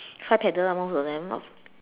five petals ah most of them